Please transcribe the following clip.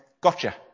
gotcha